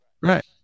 right